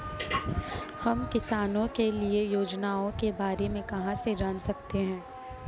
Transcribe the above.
हम किसानों के लिए योजनाओं के बारे में कहाँ से जान सकते हैं?